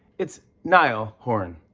it's niall horan.